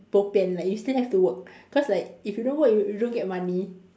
bo pian like you still have to work cause like if you don't work you you don't get money